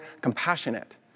compassionate